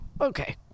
okay